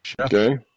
Okay